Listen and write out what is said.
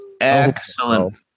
Excellent